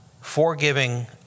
forgiving